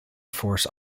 force